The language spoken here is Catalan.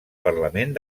parlament